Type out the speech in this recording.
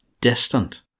distant